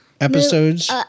episodes